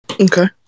Okay